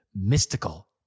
mystical